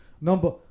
Number